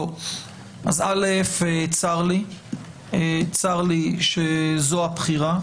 א', צר לי שזו הבחירה.